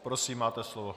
Prosím, máte slovo.